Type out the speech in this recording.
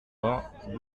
vingt